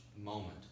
moment